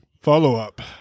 follow-up